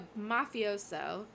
mafioso